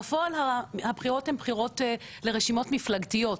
בפועל הבחירות הן בחירות לרשימות מפלגתיות,